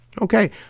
Okay